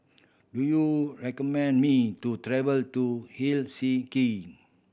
do you recommend me to travel to Helsinki